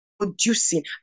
Producing